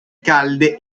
calde